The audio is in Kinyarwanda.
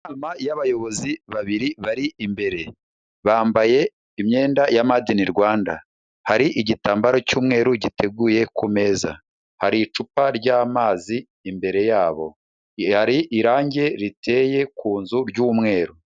Inyuma y'abayobozi babiri bari imbere, bambaye imyenda ya madeni Rwanda. Hari igitambaro cy'umweru giteguye ku meza. Hari icupa ry'amazi imbere yabo. Hari irangi riteye ku nzu ry'umweru.